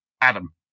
Adam